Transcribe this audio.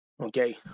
Okay